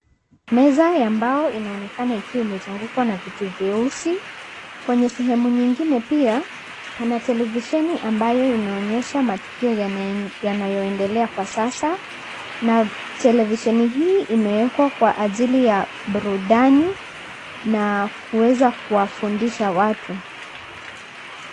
Meza ya mbao inaonekana ikiwa imezungukwa na viti vyeusi, kwenye sehemu nyingine pia pana televisheni ambayo inaonyesha matukio yanayoendelea kwa sasa na televisheni hii imeekwa kwa ajili ya burudani na kuweza kuwafundisha watu.